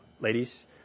ladies